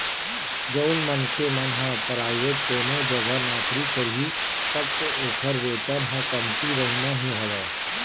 जउन मनखे मन ह पराइवेंट कोनो जघा नौकरी करही तब तो ओखर वेतन ह कमती रहिना ही हवय